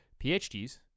PhDs